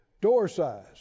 door-size